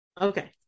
Okay